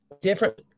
different